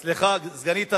סליחה, סגנית השר,